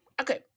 okay